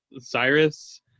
Cyrus